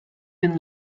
been